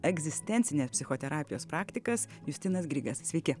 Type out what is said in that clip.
egzistencinės psichoterapijos praktikas justinas grigas sveiki